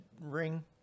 ring